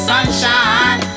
Sunshine